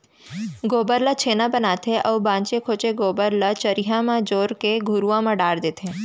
गोबर ल छेना बनाथे अउ बांचे खोंचे गोबर ल चरिहा म जोर के घुरूवा म डार देथे